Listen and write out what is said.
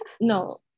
No